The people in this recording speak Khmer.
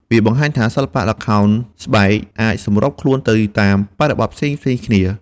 វាបង្ហាញថា សិល្បៈល្ខោនស្បែកអាចសម្របខ្លួនទៅតាមបរិបទផ្សេងៗគ្នា។